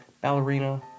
ballerina